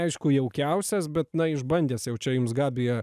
aišku jaukiausias bet na išbandęs jau čia jums gabija